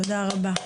תודה רבה.